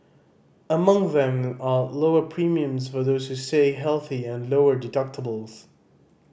among them are lower premiums for those who stay healthy and lower deductibles